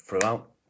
throughout